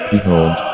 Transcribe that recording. behold